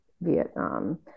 Vietnam